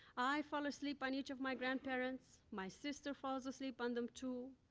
i fall asleep on each of my grandparents. my sister falls asleep on them too,